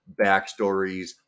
backstories